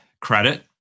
credit